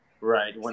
Right